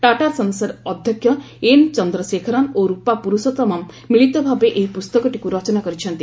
ଟାଟା ସନ୍ସର ଅଧ୍ୟକ୍ଷ N Chandrasekaran ଓ ରୂପା ପୁରୁଷୋଭମମ୍ ମିଳିତଭାବେ ଏହି ପୁସ୍ତକଟିକୁ ରଚନା କରିଛନ୍ତି